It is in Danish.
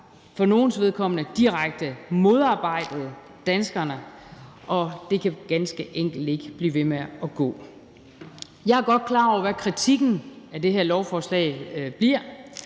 for nogles vedkommende direkte modarbejdet danskerne, og det kan ganske enkelt ikke blive ved med at gå. Jeg er godt klar over, hvad kritikken af det her lovforslag bliver,